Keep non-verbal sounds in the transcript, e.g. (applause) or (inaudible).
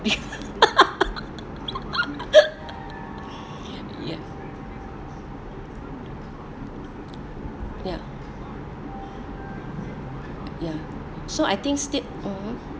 (laughs) ya ya ya so I think still mmhmm